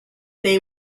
they